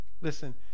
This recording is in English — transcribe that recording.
Listen